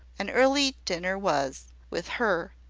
an early dinner was, with her,